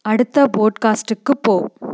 அடுத்த போட்காஸ்ட்டுக்கு போ